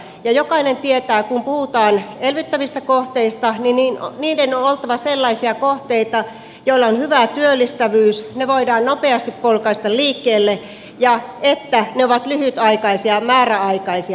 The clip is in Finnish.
ja jokainen tietää että kun puhutaan elvyttävistä kohteista niin niiden on oltava sellaisia kohteita että niillä on hyvä työllistävyys ne voidaan nopeasti polkaista liikkeelle ja ne ovat lyhytaikaisia määräaikaisia